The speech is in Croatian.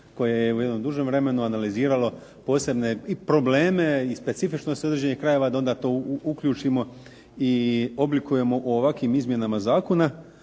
koje je u jednom dužem vremenu analiziralo posebne i probleme i specifičnosti određenih krajeva, da onda to uključimo i oblikujemo u ovakvim izmjenama zakona,